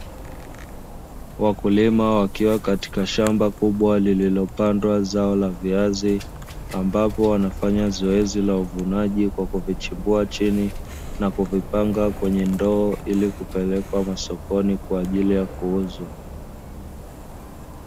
Wakulima wakiwa katika shamba kubwa lililopandwa zao la viazi, ambapo wanafanya zoezi la uvunaji kwa kuvichambia chini na kuvipanga kwenye ndoo ili kupelekwa sokoni kwa ajili ya kuuzwa.